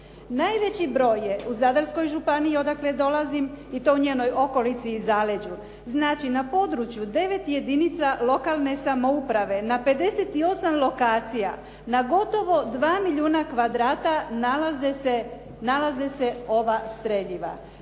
Najveći broj je u Zadarskoj županiji odakle dolazim i to u njenoj okolici i zaleđu. Znači na području 9 jedinca lokalne samouprave, na 58 lokacija, na gotovo 2 milijuna kvadrata nalaze se ova streljiva.